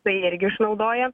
tai irgi išnaudoja